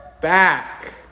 back